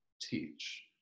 teach